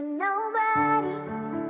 nobody's